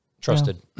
trusted